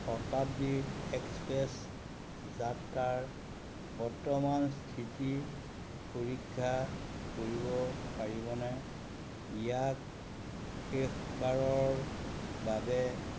শতাব্দী express যাত্ৰাৰ বৰ্তমান স্থিতি পৰীক্ষা কৰিব পাৰিবনে ইয়াক শেষবাৰৰ বাবে